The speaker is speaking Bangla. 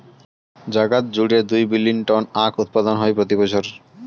জাগাত জুড়ে দুই বিলীন টন আখউৎপাদন হই প্রতি বছর